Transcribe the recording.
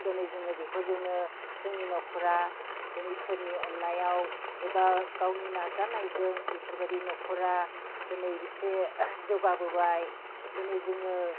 दिनै जोङो बेफोरजोंनो जोंनि न'खरा इसोरनि अननायाव एबा गावनि नाजानायजों बेफोरबादि न'खरा दिनै एसे जौगाबोबाय दिनै जोङो